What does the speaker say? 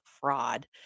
fraud